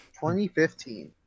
2015